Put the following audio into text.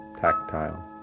tactile